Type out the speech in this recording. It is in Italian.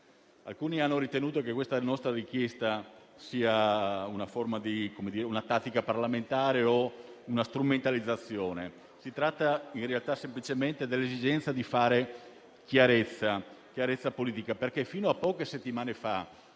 Alcuni hanno ritenuto che questa nostra richiesta sia una tattica parlamentare o una strumentalizzazione, in realtà si tratta semplicemente dell'esigenza di fare chiarezza politica, perché fino a poche settimane fa,